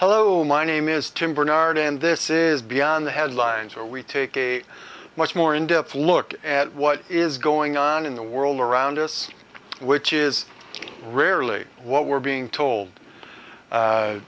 hello my name is tim barnard and this is beyond the headlines where we take a much more in depth look at what is going on in the world around us which is rarely what we're being told